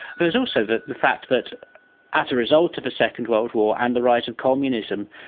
there was also the the fact that as a result of the second world war and the rise of communism,